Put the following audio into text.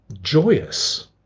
joyous